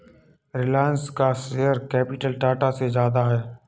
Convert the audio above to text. रिलायंस का share capital Tata से ज्यादा है